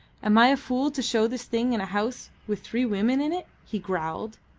am i a fool to show this thing in a house with three women in it? he growled.